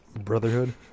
Brotherhood